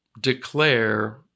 declare